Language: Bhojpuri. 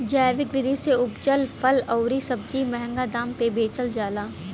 जैविक विधि से उपजल फल अउरी सब्जी महंगा दाम पे बेचल जाला